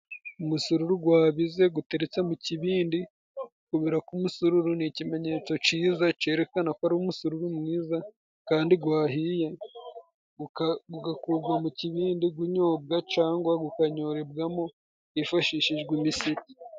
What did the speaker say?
Umusururu gwabize guteretse mu kibindi. Kubira k'umusururu ni ikimenyetso ciza cerekana ko ari umu umusururu mwiza kandi gwahiye, gugakurwa mu kibindi gunyobwa cangwa gukanyorebwamo hifashishijwe imiseke.